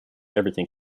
everything